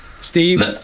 Steve